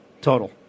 Total